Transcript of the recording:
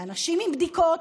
לאנשים עם בדיקות,